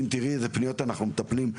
אם תראי איזה פניות אנחנו מטפלים,